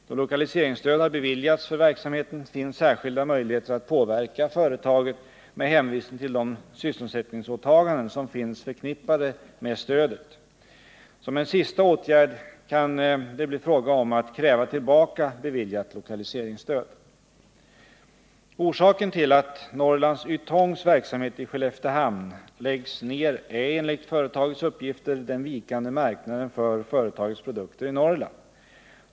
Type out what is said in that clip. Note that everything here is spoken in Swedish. Då lokaliseringsstöd har beviljats för verksamheten finns särskilda möjligheter att påverka företaget med hänvisning till de sysselsättningsåtaganden som finns förknippade med stödet. Som en sista åtgärd kan det bli fråga om att kräva tillbaka beviljat lokaliseringsstöd. Orsaken till att Norrlands Ytongs verksamhet i Skelleftehamn läggs ner är enligt företagets uppgifter den vikande marknaden för företagets produkter i Norrland.